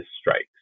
strikes